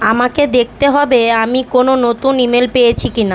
আমাকে দেখতে হবে আমি কোনো নতুন ইমেল পেয়েছি কি না